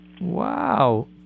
Wow